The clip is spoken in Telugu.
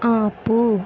ఆపు